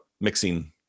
mixing